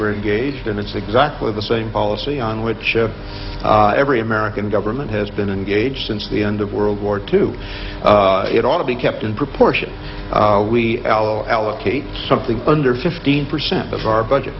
we're engaged in it's exactly the same policy on which every american government has been engaged since the end of world war two it ought to be kept in proportion we shall allocate something under fifteen percent of our budget